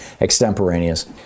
extemporaneous